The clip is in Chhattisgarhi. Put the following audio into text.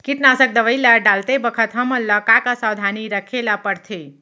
कीटनाशक दवई ल डालते बखत हमन ल का का सावधानी रखें ल पड़थे?